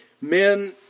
men